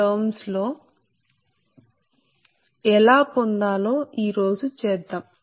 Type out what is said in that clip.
terms లో ఎలా పొందాలో ఈ రోజు చేద్దాం